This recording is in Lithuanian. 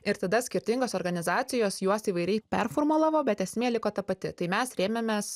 ir tada skirtingos organizacijos juos įvairiai performulavo bet esmė liko ta pati tai mes rėmėmės